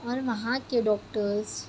اور وہاں کے ڈاکٹرس